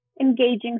engaging